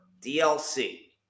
DLC